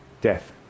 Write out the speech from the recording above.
death